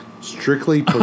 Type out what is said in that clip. strictly